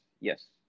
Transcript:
yes